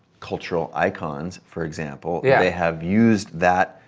cultural icons for example, yeah they have used that,